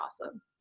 awesome